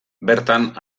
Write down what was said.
bertan